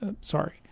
sorry